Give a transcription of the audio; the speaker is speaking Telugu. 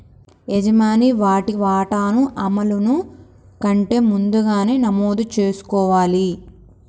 యజమాని వాటి వాటాను అమలును కంటే ముందుగానే నమోదు చేసుకోవాలి